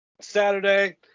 Saturday